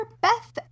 Beth